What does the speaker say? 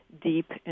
deep